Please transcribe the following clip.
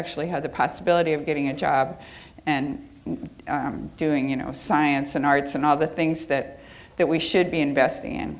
actually have the possibility of getting a job and doing you know science and arts and all the things that that we should be investing in